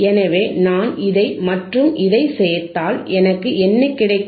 எனவே நான் இதை மற்றும் இதை சேர்த்தால் எனக்கு என்ன கிடைக்கும்